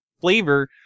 flavor